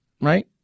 Right